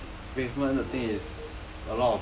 but pavement the thing is